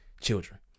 children